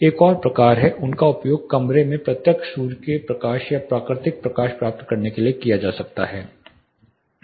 एक और प्रकार है उनका उपयोग कमरे में प्रत्यक्ष सूर्य के प्रकाश या प्राकृतिक प्रकाश प्राप्त करने के लिए किया जा सकता है